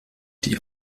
die